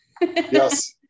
Yes